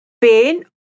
pain